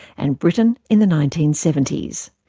and britain in the nineteen seventy s.